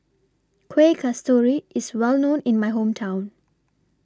Kueh Kasturi IS Well known in My Hometown